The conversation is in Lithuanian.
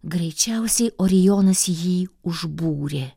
greičiausiai orijonas jį užbūrė